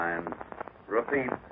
Repeat